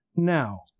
now